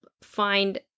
find